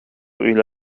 إلى